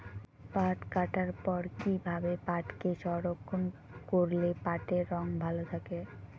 পাট কাটার পর কি ভাবে পাটকে সংরক্ষন করলে পাটের রং ভালো থাকে?